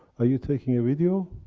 are you taking a video?